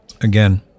Again